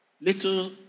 Little